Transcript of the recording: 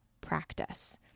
practice